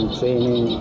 training